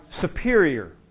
superior